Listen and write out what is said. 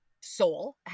soul